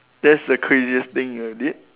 that's the craziest thing you did